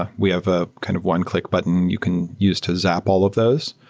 ah we have a kind of one-click button you can use to zap all of those.